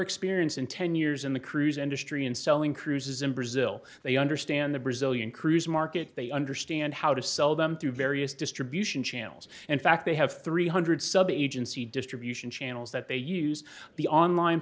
experience in ten years in the cruise industry and selling cruises in brazil they understand the brazilian cruise market they understand how to sell them through various distribution channels in fact they have three hundred sub agency distribution channels that they use the online